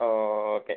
ഓഹ് okay